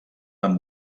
amb